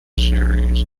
series